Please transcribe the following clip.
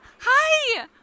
hi